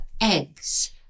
eggs